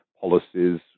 policies